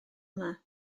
yma